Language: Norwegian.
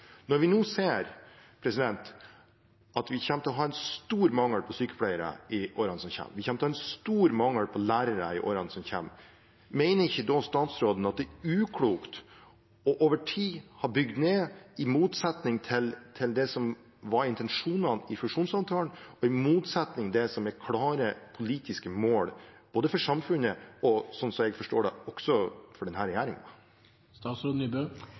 Når vi nå ser at vi kommer til å ha en stor mangel på sykepleiere i årene som kommer, vi kommer til å ha en stor mangel på lærere i årene som kommer – mener ikke da statsråden det er uklokt over tid å ha bygd ned, i motsetning til det som var intensjonen i fusjonssamtalene, og i motsetning til det som er klare politiske mål både for samfunnet, slik jeg forstår det, og også for